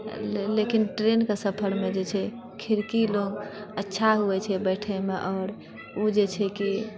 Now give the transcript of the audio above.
लेकिन ट्रेनके सफरमे जे छै खिड़की लग अच्छा होइत छै बैठएमे आओर ओ जे छै की